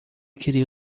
queria